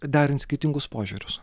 derint skirtingus požiūrius